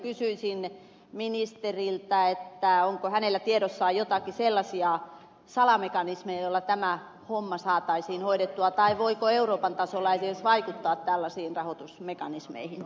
kysyisin ministeriltä onko hänellä tiedossaan joitakin sellaisia salamekanismeja joilla tämä homma saataisiin hoidettua tai voiko euroopan tasolla edes vaikuttaa tällaisiin rahoitusmekanismeihin